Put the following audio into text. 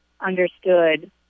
understood